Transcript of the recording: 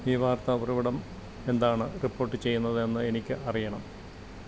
ഈ വാര്ത്ത ഉറവിടം എന്താണ് റിപ്പോട്ട് ചെയ്യുന്നതെന്ന് എനിക്ക് അറിയണം